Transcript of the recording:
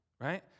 right